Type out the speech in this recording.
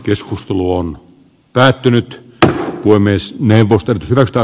keskustelu on päättynyt tai haukkui myös neuvosto korostaa